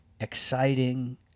exciting